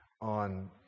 on